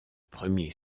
premier